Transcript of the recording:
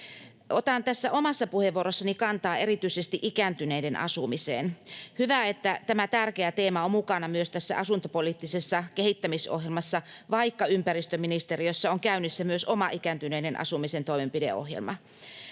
Otan tässä omassa puheenvuorossani kantaa erityisesti ikääntyneiden asumiseen. Hyvä, että tämä tärkeä teema on mukana myös tässä asuntopoliittisessa kehittämisohjelmassa, vaikka ympäristöministeriössä on käynnissä myös oma ikääntyneiden asumisen toimenpideohjelma.